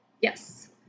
Yes